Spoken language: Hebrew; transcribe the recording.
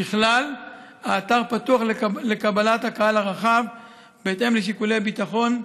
ככלל, האתר פתוח לקהל הרחב בהתאם לשיקולי ביטחון,